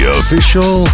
official